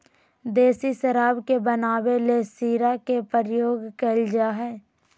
देसी शराब के बनावे ले शीरा के प्रयोग कइल जा हइ